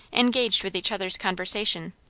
engaged with each other's conversation,